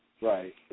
right